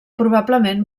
probablement